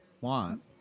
want